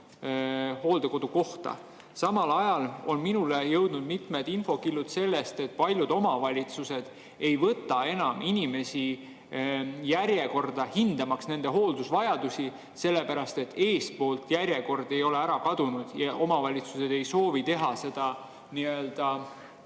hooldekodukohta. Samal ajal on minuni jõudnud infokillud, et paljud omavalitsused ei võta enam inimesi järjekorda, hindamaks nende hooldusvajadust, sest eespool ei ole järjekord ära kadunud ja omavalitsused ei soovi teha seda nii-öelda